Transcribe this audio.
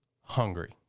hungry